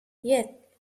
yet